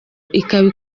ikaba